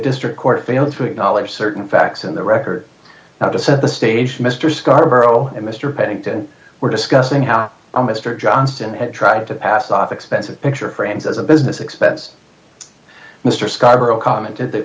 district court failed to acknowledge certain facts in the record now to set the stage mister scarborough and mister pennington were discussing how well mister johnston had tried to pass off expensive picture frames as a business expense mister scarborough commented that